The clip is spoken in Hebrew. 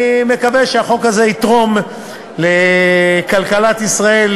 אני מקווה שהחוק הזה יתרום לכלכלת ישראל,